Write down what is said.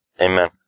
amen